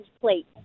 plate